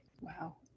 wow